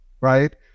right